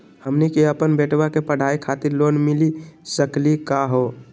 हमनी के अपन बेटवा के पढाई खातीर लोन मिली सकली का हो?